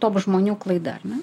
top žmonių klaida ar ne